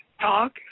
talk